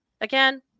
again